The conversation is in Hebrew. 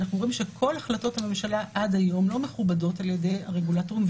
אנחנו רואים שכל החלטות הממשלה עד היום לא מכובדות על ידי הרגולטורים.